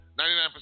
99%